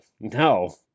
no